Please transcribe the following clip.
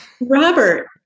Robert